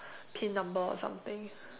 pin number or something